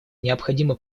необходима